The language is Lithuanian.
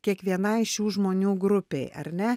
kiekvienai šių žmonių grupei ar ne